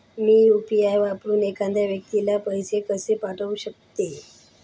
मी UPI वापरून एखाद्या व्यक्तीला पैसे कसे पाठवू शकते?